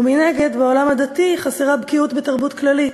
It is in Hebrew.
ומנגד, בעולם הדתי חסרה בקיאות בתרבות כללית,